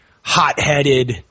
hot-headed